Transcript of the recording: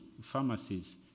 pharmacies